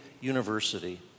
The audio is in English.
University